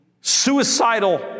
Suicidal